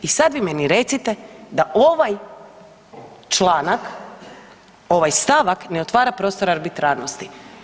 I sad vi meni recite da ovaj članak, ovaj stavak ne otvara prostora arbitrarnosti.